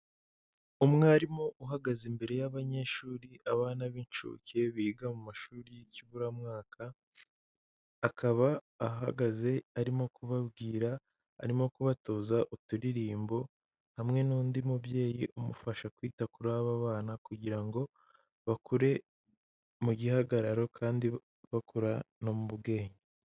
Umwarimu uhagaze imbere y'abanyeshuri, abana b'inshuke biga mu mashuri y'ikiburamwaka, akaba ahagaze arimo kubabwira, arimo kubatoza uturirimbo, hamwe n'undi mubyeyi umufasha kwita kuri aba bana, kugira ngo bakure mu gihagararo, kandi bakura no mu bwenge.